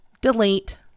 Delete